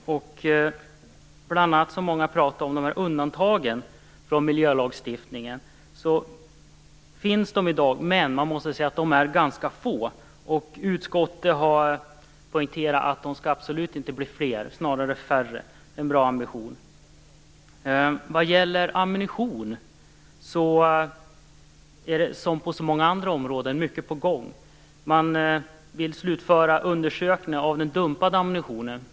Många har bl.a. talat om de undantag från miljölagstiftningen som finns i dag. Men man måste säga att de är ganska få. Utskottet har poängterat att de absolut inte skall bli fler, snarare färre. Det är en bra ambition. Vad gäller ammunition är, som på så många andra områden, mycket på gång. Man vill slutföra undersökningen av den dumpade ammunitionen.